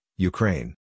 Ukraine